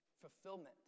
fulfillment